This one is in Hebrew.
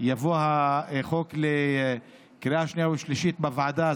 כשיבוא החוק לקריאה שנייה ושלישית בוועדה,